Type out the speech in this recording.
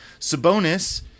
Sabonis